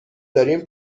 داریم